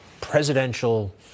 presidential